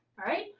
alright,